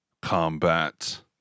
combat